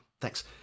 Thanks